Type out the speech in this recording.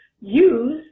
Use